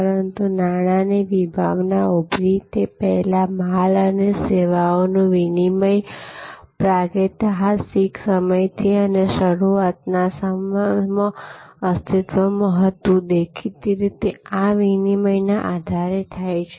પરંતુ નાણાંની વિભાવના ઉભરી તે પહેલાં માલ અને સેવાઓનું વિનિમય પ્રાગૈતિહાસિક સમયથી અને શરૂઆતમાં અસ્તિત્વમાં હતુંદેખીતી રીતે આ વિનિમયના આધારે થાય છે